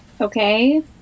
Okay